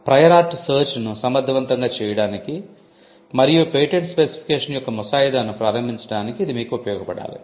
prior art search ను సమర్థవంతంగా చేయడానికి మరియు పేటెంట్ స్పెసిఫికేషన్ యొక్క ముసాయిదాను ప్రారంభించడానికి ఇది మీకు ఉపయోగపడాలి